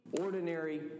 ordinary